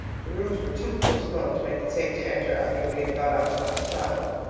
the rooms were too full of smoke to make it safe to enter after we had got out the last child.